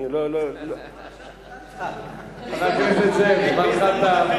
אני לא, תמיד, חבר הכנסת זאב, זמנך תם.